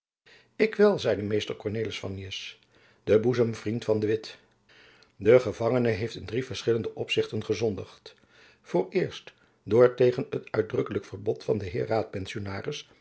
ik wel zeide mr kornelis fannius de boezemvriend van de witt de gevangene heeft in drie verschillende opzichten gezondigd vooreerst door tegen het uitdrukkelijk verbod van den heer raadpensionaris